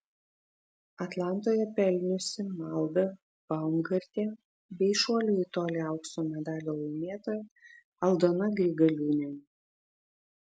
atlantoje pelniusi malda baumgartė bei šuolio į tolį aukso medalio laimėtoja aldona grigaliūnienė